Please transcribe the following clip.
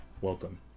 welcome